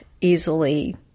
easily